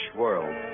world